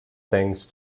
things